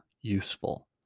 useful